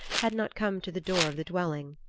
had not come to the door of the dwelling.